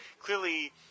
clearly